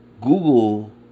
Google